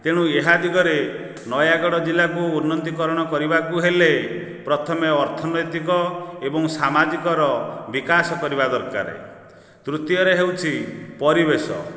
ତେଣୁ ଏହା ଦିଗରେ ନୟାଗଡ଼ ଜିଲ୍ଲାକୁ ଉନ୍ନତିକରଣ କରିବାକୁ ହେଲେ ପ୍ରଥମେ ଅର୍ଥନୈତିକ ଏବଂ ସାମାଜିକର ବିକାଶ କରିବା ଦରକାର ତୃତୀୟରେ ହେଉଛି ପରିବେଶ